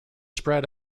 spread